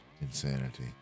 insanity